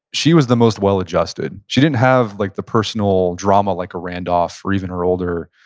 she was the most well-adjusted. she didn't have like the personal drama like a randolph or even her older,